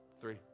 three